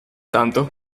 tanto